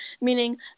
meaning